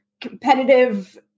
competitive